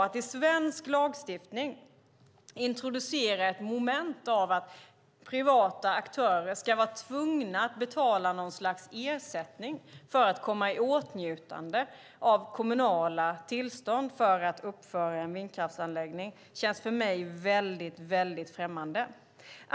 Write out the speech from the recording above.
Att i svensk lagstiftning introducera ett moment av att privata aktörer ska vara tvungna att betala något slags ersättning för att komma i åtnjutande av kommunala tillstånd för att uppföra en vindkraftsanläggning känns väldigt främmande för mig.